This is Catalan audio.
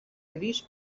gris